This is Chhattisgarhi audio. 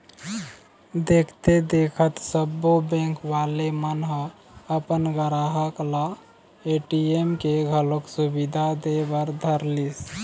देखथे देखत सब्बो बेंक वाले मन ह अपन गराहक ल ए.टी.एम के घलोक सुबिधा दे बर धरलिस